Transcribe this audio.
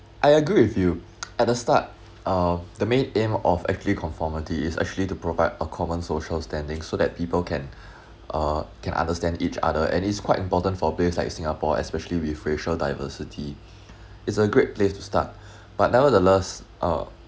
I agree with you at the start of the main aim of actually conformity is actually to provide a common social standing so that people can uh can understand each other and it's quite important for place like singapore especially with racial diversity is a great place to start but nevertheless uh